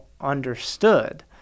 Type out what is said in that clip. understood